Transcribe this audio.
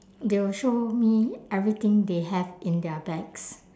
they'll show me everything they have in their bags